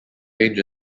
range